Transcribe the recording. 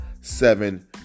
seven